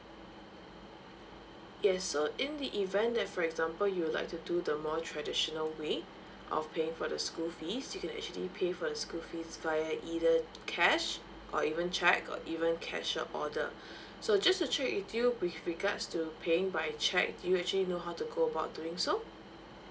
yes so in the event that for example you would like to do the more traditional way of paying for the school fees you can actually pay for your school fees via either cash or even cheque or even cashier order so just to check with you with regards to paying by cheque do you actually know how to go about doing so